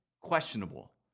Questionable